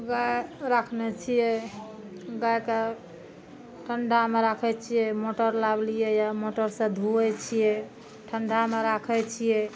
गाय राखने छियै गायके ठण्ढामे राखै छियै मोटर लाबलियैया मोटर से धोइ छियै ठण्ढामे राखै छियै